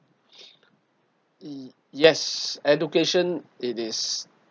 ye~ yes education it is